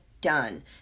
done